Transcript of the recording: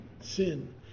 sin